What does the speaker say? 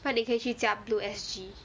那你可以去驾 blue S_G